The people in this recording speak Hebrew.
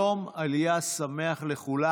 יום עלייה שמח לכולם.